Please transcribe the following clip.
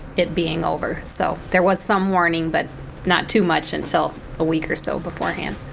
it being over. so there was some warning, but not too much until a week or so beforehand.